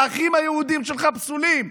הערכים היהודיים שלך פסולים,